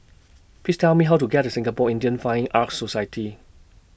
Please Tell Me How to get to Singapore Indian Fine Arts Society